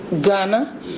Ghana